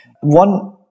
One